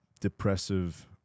depressive